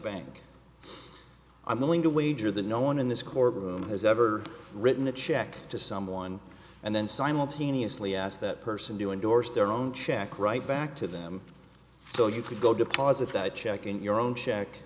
it's i'm willing to wager that no one in this courtroom has ever written a check to someone and then simultaneously ask that person do indorsed their own check right back to them so you could go deposit that check in your own check